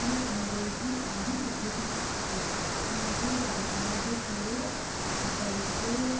उहा अंग्रेजी ॾाढी सुठे सां सेखारियाईं उन जो ॻाल्हाइण जो पूरो तरीक़ो